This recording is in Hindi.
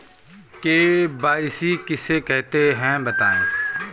के.वाई.सी किसे कहते हैं बताएँ?